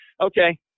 okay